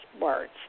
words